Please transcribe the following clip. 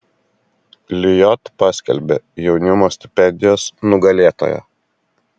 lijot paskelbė jaunimo stipendijos nugalėtoją